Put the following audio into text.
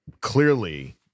Clearly